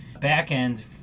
back-end